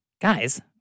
Guys